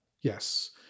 Yes